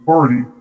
Party